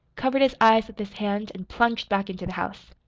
covered his eyes with his hand, and plunged back into the house.